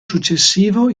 successivo